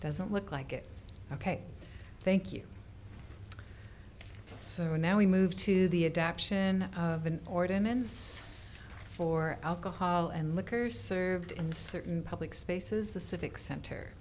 doesn't look like it ok thank you so now we move to the adoption of an ordinance for alcohol and liquor served in certain public spaces the civic center